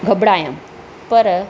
घबिरायमि पर